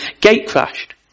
gate-crashed